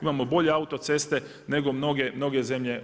Imamo bolje autoceste nego mnoge zemlje.